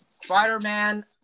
Spider-Man